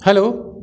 hello